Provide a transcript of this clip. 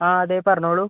ആ അതെ പറഞ്ഞോളു